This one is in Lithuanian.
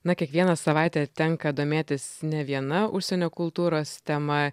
na kiekvieną savaitę tenka domėtis ne viena užsienio kultūros tema